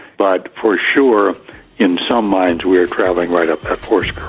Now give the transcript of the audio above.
but for sure in some minds we are travelling right up that force curve.